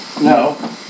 No